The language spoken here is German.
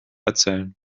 erzählen